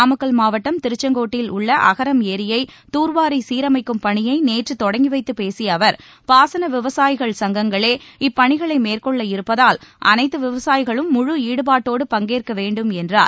நாமக்கல் மாவட்டம் திருச்செங்கோட்டில் உள்ள அகரம் ஏரியை தூர்வாரி சீரமைக்கும் பணியை நேற்று தொடங்கி வைத்துப் பேசிய அவர் பாசன விவசாயிகள் சங்கங்களே இப்பணிகளை மேற்கொள்ள இருப்பதால் அனைத்து விவசாயிகளும் முழு ஈடுபாட்டோடு பங்கேற்க வேண்டும் என்றார்